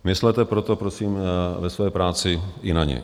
Myslete proto prosím ve své práci i na ně.